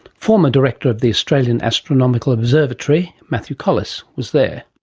former director of the australian astronomical observatory, matthew colless, was there.